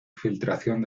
filtración